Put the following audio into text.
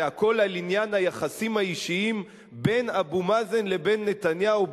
זה הכול על עניין היחסים האישיים בין אבו מאזן לבין נתניהו,